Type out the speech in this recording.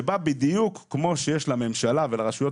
לפי זה בדיוק כמו שיש לממשלה ולרשויות